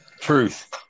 Truth